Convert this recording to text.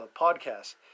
podcast